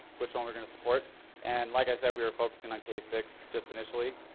which one we're going to support and like i said we are focusing on k six just initially.